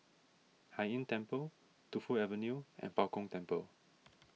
Hai Inn Temple Tu Fu Avenue and Bao Gong Temple